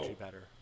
better